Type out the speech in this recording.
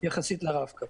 יחסית לרב-קו.